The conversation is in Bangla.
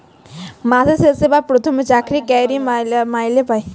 মাসের শেষে বা পথমে চাকরি ক্যইরে মাইলে পায়